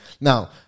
Now